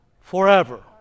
forever